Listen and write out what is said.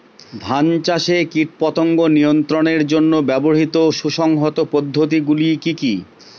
ধান চাষে কীটপতঙ্গ নিয়ন্ত্রণের জন্য ব্যবহৃত সুসংহত পদ্ধতিগুলি কি কি?